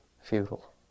futile